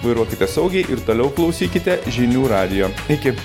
vairuokite saugiai ir toliau klausykite žinių radijo iki